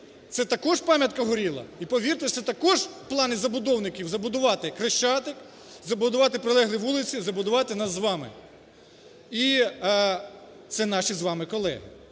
Це також пам'ятка горіла. І, повірте, це також плани забудовників – забудувати Хрещатик, забудувати прилеглі вулиці, забудувати нас з вами і це наші з вами колеги.